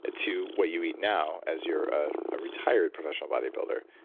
ah to what you eat now as you're a ah retired professional bodybuilder.